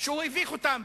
שהוא הביך אותם.